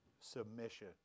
submission